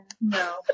No